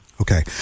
Okay